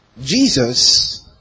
Jesus